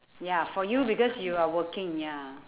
ya for you because you are working ya